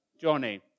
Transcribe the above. Johnny